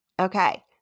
Okay